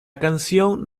canción